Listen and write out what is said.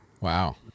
Wow